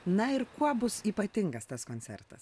na ir kuo bus ypatingas tas koncertas